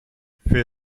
für